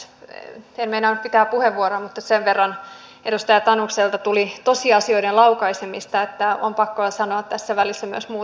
en meinannut pitää puheenvuoroa mutta sen verran edustaja tanukselta tuli tosiasioiden laukaisemista että on pakko sanoa myös tässä välissä muutama sana